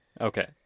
Okay